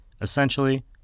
Essentially